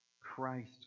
Christ